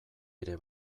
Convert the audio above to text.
ere